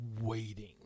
waiting